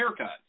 haircuts